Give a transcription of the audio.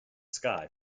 sky